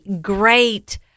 great